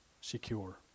secure